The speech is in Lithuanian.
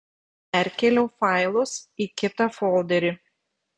perkėliau failus į kitą folderį